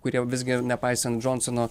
kurie visgi nepaisant džonsono